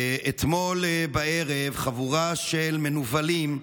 היום חבורה של מנוולים,